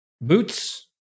boots